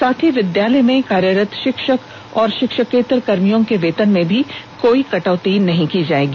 साथ ही विद्यालय में कार्यरत षिक्षक और षिक्षकेत्तर कर्मियों के वेतन में कोई कटौती नहीं की जाएगी